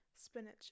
spinach